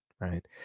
right